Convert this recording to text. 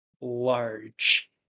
Large